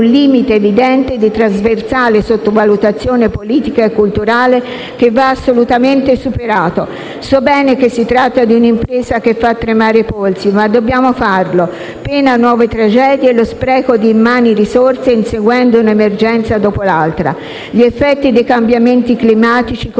un limite evidente di trasversale sottovalutazione politica e culturale, che va assolutamente superato. So bene che si tratta di un'impresa che fa tremare i polsi, ma dobbiamo farlo: pena nuove tragedie e lo spreco di immani risorse inseguendo un'emergenza dopo l'altra. Gli effetti dei cambiamenti climatici